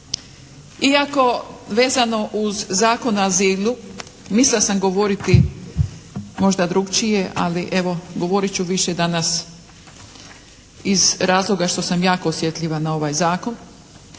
Iako vezano uz Zakon o azilu mislila sam govoriti možda drukčije, ali evo govoriti ću više danas iz razloga što sam jako osjetljiva na ovaj zakon,